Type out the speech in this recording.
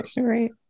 Right